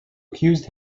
accused